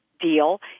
deal